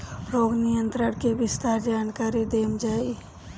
रोग नियंत्रण के विस्तार जानकरी देल जाई?